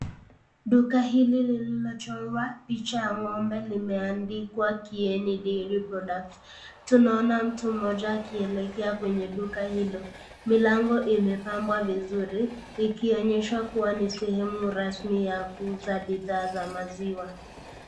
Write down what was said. Duka hili liliochorua picha ya ng'ombe limeandikwa dairy products , naona mtu moja akielekea kwenye duka hilo, milango imepabwa vizuri ikionyeshwa kuwa ni sehemu rasmi ya kuhuza maziwa.